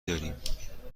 داریم